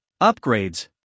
upgrades